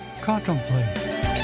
Contemplate